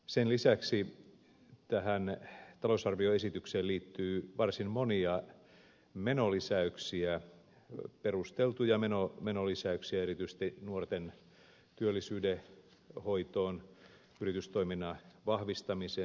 sen lisäksi tähän talousarvioesitykseen liittyy varsin monia menolisäyksiä perusteltuja menolisäyksiä erityisesti nuorten työllisyyden hoitoon yritystoiminnan vahvistamiseen